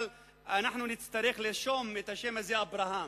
אבל אנחנו נצטרך לרשום את השם הזה "אברהם".